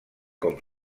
com